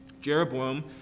Jeroboam